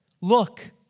Look